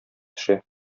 төшә